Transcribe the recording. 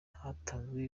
hatanzwe